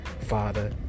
Father